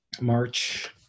March